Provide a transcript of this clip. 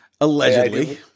Allegedly